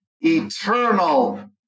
eternal